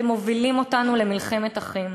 אתם מובילים אותנו למלחמת אחים.